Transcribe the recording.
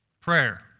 prayer